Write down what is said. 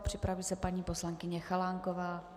Připraví se paní poslankyně Chalánková.